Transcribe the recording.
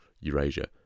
Eurasia